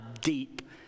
deep